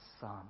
Son